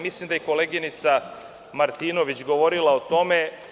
Mislim da je i koleginica Martinović govorila o tome.